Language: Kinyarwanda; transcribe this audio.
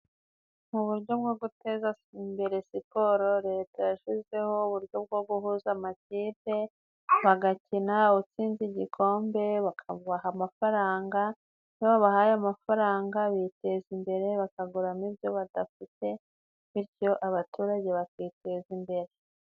Mu buryo bwo guteza imbere siporo leta yashyizeho uburyo bwo guhuza amakipe ,bagakina utsinze igikombe bakabubaha amafaranga, iyo babahaye amafaranga biteza imbere bakaguramo ibyo badafite bityo abaturage bakiteza imbere.